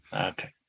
Okay